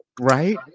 Right